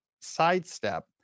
sidestep